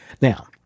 Now